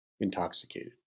intoxicated